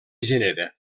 genera